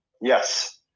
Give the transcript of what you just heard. yes